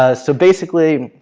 ah so basically,